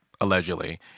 allegedly